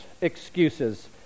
excuses